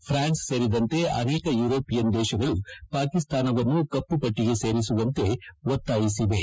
France ಸೇರಿದಂತೆ ಅನೇಕ European ದೇಶಗಳು ಪಾಕಿಸ್ತಾನವನ್ನು ಕಪ್ಪು ಪಟ್ಟಗೆ ಸೇರಿಸುವಂತೆ ಒತ್ತಾಯಿಸಿವೆ